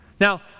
Now